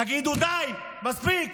שתגידו: די, מספיק,